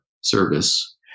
service